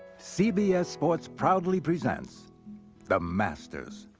cbs sports proudly presents the masters.